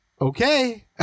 okay